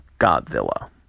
Godzilla